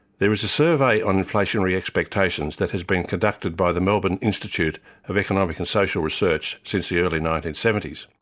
there was a survey on inflationary expectations that has been conducted by the melbourne institute of economic and social research since the early nineteen seventy s.